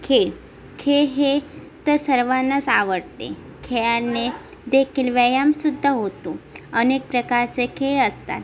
खेळ खेळ हे एक तर सर्वांनाच आवडते खेळाने देखील व्यायामसुद्धा होतो अनेक प्रकारचे खेळ असतात